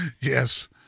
Yes